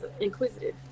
inquisitive